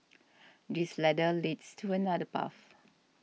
this ladder leads to another path